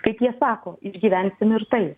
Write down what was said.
kaip jie sako išgyvensim ir taip